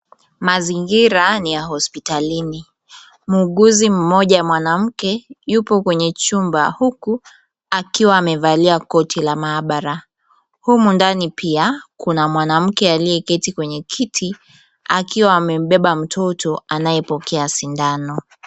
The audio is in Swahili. Mazingira ni ya hospitalini. Muuguzi mmoja mwanamke yupo kwenye chumba huku akiwa amevalia koti la maabara. Humo ndani pia, kuna mwanamke aliye keti kwenye kiti akiwa amembeba mtoto anaye pokea sindano.